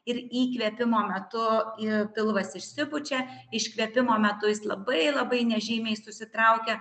ir įkvėpimo metu ir pilvas išsipučia iškvėpimo metu jis labai labai nežymiai susitraukia